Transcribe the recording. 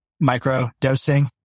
micro-dosing